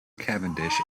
cavendish